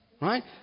right